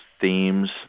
themes